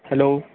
hello